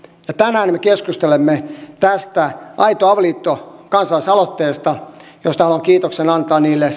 ja tänään me keskustelemme tästä aito avioliitto kansalaisaloitteesta josta haluan kiitoksen antaa niille